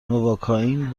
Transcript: نواکائین